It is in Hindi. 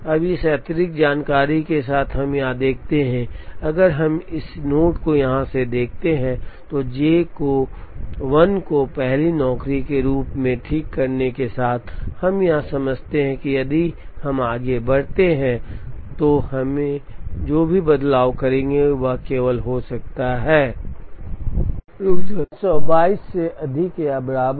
अब इस अतिरिक्त जानकारी के साथ हम अब यह देखते हैं कि अगर हम इस नोड को यहाँ से देखते हैं तो J 1 को पहली नौकरी के रूप में ठीक करने के साथ हम यहाँ से समझते हैं कि यदि हम आगे बढ़ते हैं तो हम जो भी बदलाव करेंगे वह केवल हो सकता है 322 से अधिक या बराबर